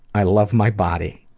i love my body.